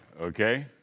Okay